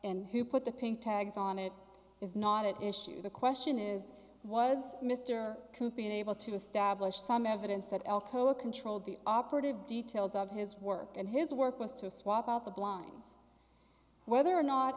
and who put the pink tags on it is not an issue the question is was mr cooper unit able to establish some evidence that alcoa controlled the operative details of his work and his work was to swap out the blinds whether or not